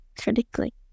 critically